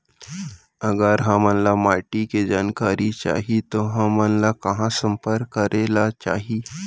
अगर हमन ला माटी के जानकारी चाही तो हमन ला कहाँ संपर्क करे ला चाही?